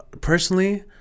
personally